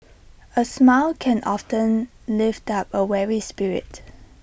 A smile can often lift up A weary spirit